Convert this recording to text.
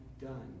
done